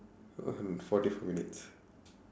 forty four minutes